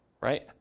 Right